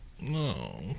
no